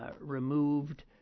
removed